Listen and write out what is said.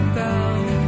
down